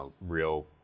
real